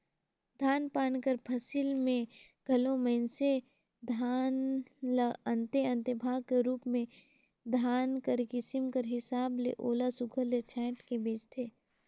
धान पान कर फसिल में घलो मइनसे धान ल अन्ते अन्ते भाग कर रूप में धान कर किसिम कर हिसाब ले ओला सुग्घर ले छांएट के बेंचथें